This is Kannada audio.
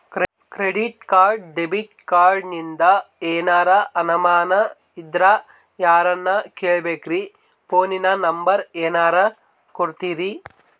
ಕ್ರೆಡಿಟ್ ಕಾರ್ಡ, ಡೆಬಿಟ ಕಾರ್ಡಿಂದ ಏನರ ಅನಮಾನ ಇದ್ರ ಯಾರನ್ ಕೇಳಬೇಕ್ರೀ, ಫೋನಿನ ನಂಬರ ಏನರ ಕೊಡ್ತೀರಿ?